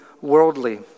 worldly